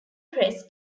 press